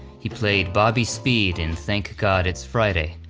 he played bobby speed in thank god it's friday,